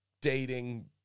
dating